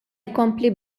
jkompli